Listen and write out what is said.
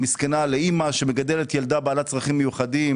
מסכנה אימא שמגדלת ילדה בעלת צרכים מיוחדים